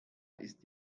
ist